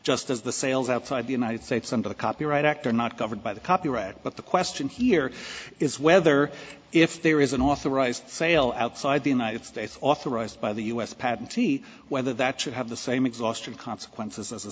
just as the sales outside the united states under the copyright act are not covered by the copyright but the question here is whether if there is an authorized sale outside the united states authorized by the u s patent ti whether that should have the same exhaustion consequences as a